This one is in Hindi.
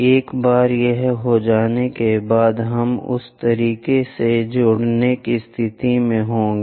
एक बार यह हो जाने के बाद हम उस तरीके से जुड़ने की स्थिति में होंगे